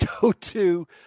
go-to